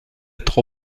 être